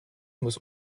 muss